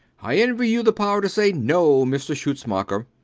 i envy you the power to say no, mr schutzmacher.